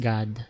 God